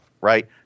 right